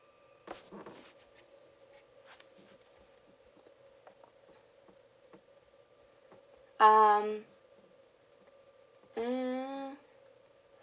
um mm